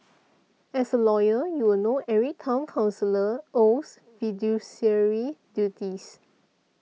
as a lawyer you will know every Town Councillor owes fiduciary duties